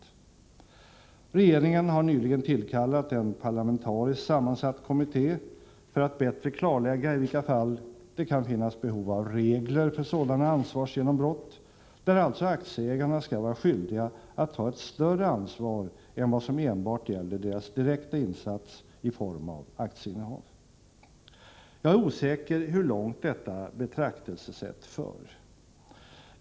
Regeringen har nyligen tillkallat en parlamentariskt sammansatt kommitté för att bättre klarlägga i vilka fall det kan finnas behov av regler för sådana ansvarsgenombrott, där alltså aktieägarna skall vara skyldiga att ta ett större ansvar än vad som enbart gäller deras direkta insats i form av aktieinnehav. Jag är osäker om hur långt detta betraktelsesätt för.